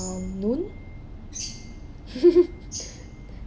noon